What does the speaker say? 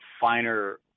finer